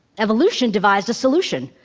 evolution devised a solution,